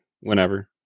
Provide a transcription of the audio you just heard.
whenever